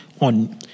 on